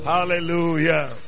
Hallelujah